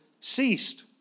ceased